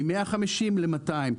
מ-150 ל-200,